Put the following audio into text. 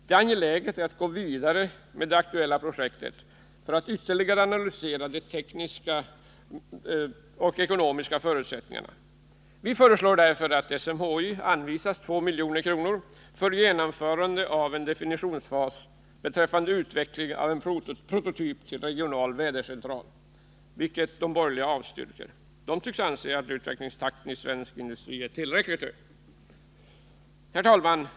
Det är angeläget att gå vidare med aktuella projekt, för att ytterligare analysera de tekniska och ekonomiska förutsättningarna. Vi föreslår därför att SMHI anvisas 2 milj.kr. för genomförande av en definitionsfas beträffande utveckling av en prototyp till regional vädercentral, vilket de borgerliga avstyrker. De tycks anse att utvecklingstakten i svensk industri är tillräckligt hög. Herr talman!